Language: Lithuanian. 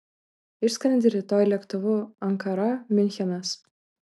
išskrendi rytoj lėktuvu ankara miunchenas